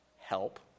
help